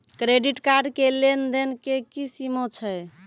Credit card के लेन देन के की सीमा छै?